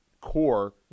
core